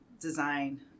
design